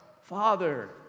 Father